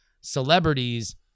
celebrities